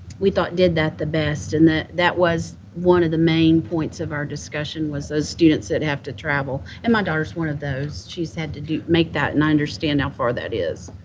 we thought did that the best and that that was one of the main points of our was those students that have to travel, and my daughter's one of those. she's had to make that, and i understand how far that is.